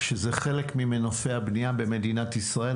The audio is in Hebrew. שזה חלק ממנופי הבנייה במדינת ישראל,